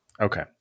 Okay